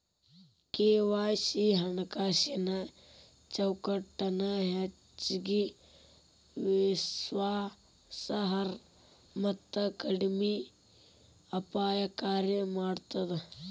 KYC ಹಣಕಾಸಿನ್ ಚೌಕಟ್ಟನ ಹೆಚ್ಚಗಿ ವಿಶ್ವಾಸಾರ್ಹ ಮತ್ತ ಕಡಿಮೆ ಅಪಾಯಕಾರಿ ಮಾಡ್ತದ